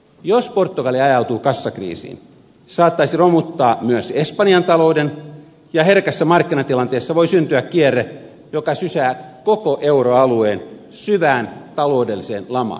jos portugali ajautuisi kassakriisiin se saattaisi romuttaa myös espanjan talouden ja herkässä markkinatilanteessa voi syntyä kierre joka sysää koko euroalueen syvään taloudelliseen lamaan